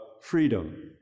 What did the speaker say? freedom